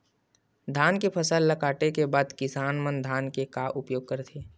धान के फसल ला काटे के बाद किसान मन धान के का उपयोग करथे?